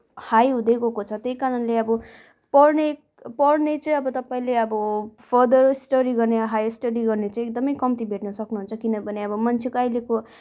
high हुँदैगएको छ त्यही कारणले अब पढ्ने पढ्ने चाहिँ अब तपाईँले अब फर्दर स्टडी गर्ने हायर स्टडी गर्ने चाहिँ एकदमै कम्ती भेट्न सक्नुहुन्छ किनभने अब मान्छेको अहिलेको